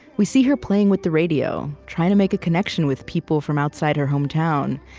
we see her playing with the radio, trying to make a connection with people from outside her home town.